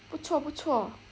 不错不错